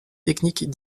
techniques